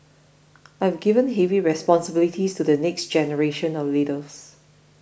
I have given heavy responsibilities to the next generation of leaders